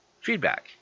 feedback